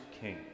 king